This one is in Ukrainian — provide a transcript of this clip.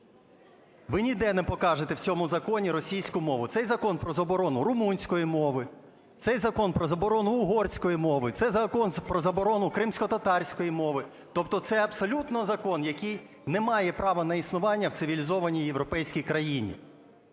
Ви ніде не покажете в цьому законі російську мову. Цей закон про заборону румунської мови, цей закон про заборону угорської мови, цей закон про заборону кримськотатарської мови. Тобто це абсолютно закон, який не має права на існування в цивілізованій європейській країні.